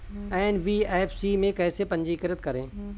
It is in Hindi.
एन.बी.एफ.सी में कैसे पंजीकृत करें?